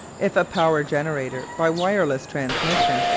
if a power generator by wireless transmission,